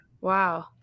Wow